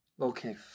Okay